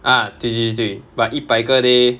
ah 对对对 but 一百个 leh